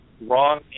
Wrong